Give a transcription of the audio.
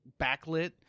backlit